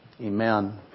Amen